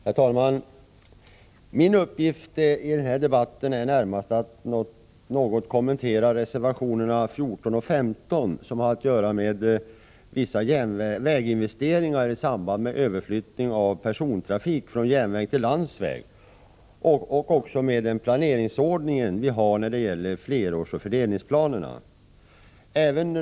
Herr talman! Min uppgift i denna debatt är närmast att något kommentera reservationerna 14 och 15, som har att göra med vissa väginvesteringar i samband med överflyttning av persontrafik från järnväg till landsväg och med den planeringsordning som vi har när det gäller flerårsoch fördelningsplanerna.